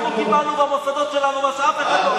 אנחנו קיבלנו במוסדות שלנו מה שאף אחד לא,